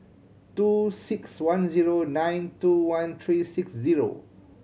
two six one zero nine two one three six zero